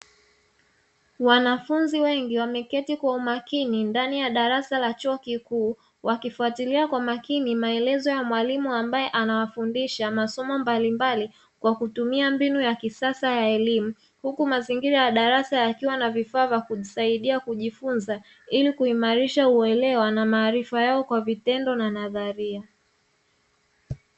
Wanafunzi wengi wameketi kwa umakini ndani ya darasa la chuo kikuu wakifatilia kwa makini maelezo ya mwalimu ambaye anawafundisha masomo mbalimbali kwa kutumia mbinu ya kisasa ya elimu, huku mazingira ya darasa yakiwa na vifaa vya kujisaidia kujifunza ili kuimarisha uelewa na maarifa yao kwa vitendo na nadharia.